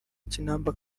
kinamba